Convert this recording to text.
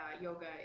yoga